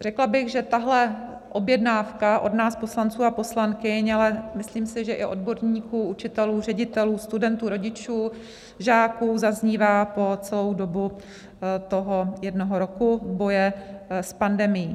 Řekla bych, že tahle objednávka od nás poslanců a poslankyň, ale myslím si, že i odborníků, učitelů, ředitelů, studentů, rodičů, žáků, zaznívá po celou dobu toho jednoho roku boje s pandemií.